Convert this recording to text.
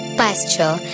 pasture